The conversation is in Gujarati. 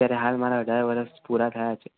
સર હાલ મારે અઢાર વર્ષ પૂરાં થયા છે